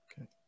Okay